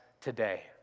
today